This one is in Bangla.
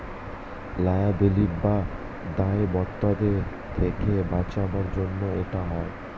লায়াবিলিটি বা দায়বদ্ধতা থেকে বাঁচাবার জন্য এটা হয়